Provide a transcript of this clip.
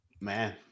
Man